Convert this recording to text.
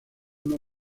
uno